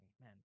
Amen